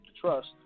trust